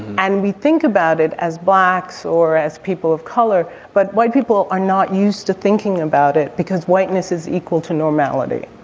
and we think about it as blacks or as people of color, but white people are not used to thinking about it because whiteness is equal to normality.